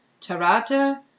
Tarata